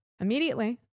immediately